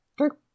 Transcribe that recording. Okay